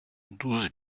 douze